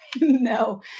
No